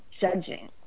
judging